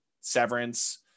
Severance